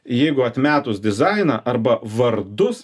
jeigu atmetus dizainą arba vardus